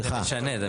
זה משנה.